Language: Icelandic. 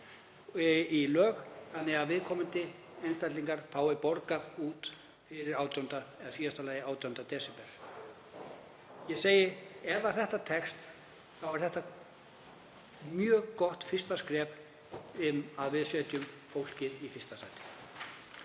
í lög þannig að viðkomandi einstaklingar fái það borgað út í síðasta lagi 18. desember. Ég segi: Ef þetta tekst þá er þetta mjög gott fyrsta skref að því að við setjum fólkið í fyrsta sæti.